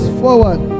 forward